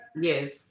Yes